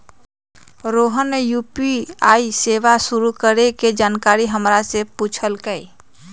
रोहन ने यू.पी.आई सेवा शुरू करे के जानकारी हमरा से पूछल कई